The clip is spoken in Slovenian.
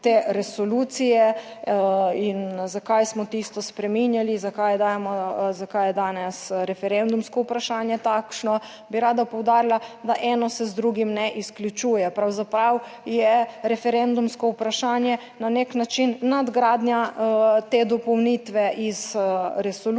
te resolucije in zakaj smo tisto spreminjali, zakaj dajemo, zakaj je danes referendumsko vprašanje takšno, bi rada poudarila, da eno se z drugim ne izključuje. Pravzaprav je referendumsko vprašanje na nek način nadgradnja te dopolnitve iz resolucije